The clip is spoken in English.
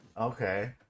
Okay